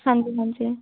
ਹਾਂਜੀ ਹਾਂਜੀ